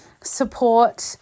support